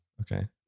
Okay